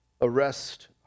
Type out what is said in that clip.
arrest